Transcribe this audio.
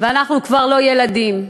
ואנחנו כבר לא ילדים.